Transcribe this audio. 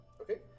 Okay